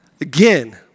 Again